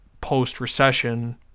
post-recession